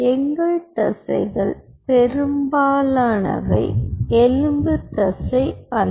எங்கள் தசைகள் பெரும்பாலானவை எலும்பு தசை அல்ல